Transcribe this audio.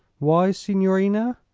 why, signorina?